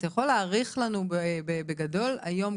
אתה יכול להעריך לנו בגדול היום,